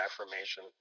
affirmation